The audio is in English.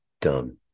done